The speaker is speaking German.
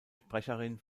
sprecherin